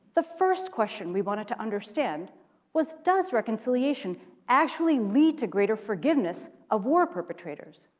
the first question we wanted to understand was does reconciliation actually lead to greater forgiveness of war perpetrators,